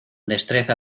destreza